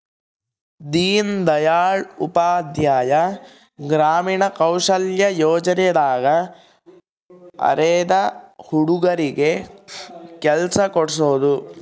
ದೀನ್ ದಯಾಳ್ ಉಪಾಧ್ಯಾಯ ಗ್ರಾಮೀಣ ಕೌಶಲ್ಯ ಯೋಜನೆ ದಾಗ ಅರೆದ ಹುಡಗರಿಗೆ ಕೆಲ್ಸ ಕೋಡ್ಸೋದ